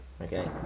Okay